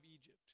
Egypt